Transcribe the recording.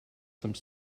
some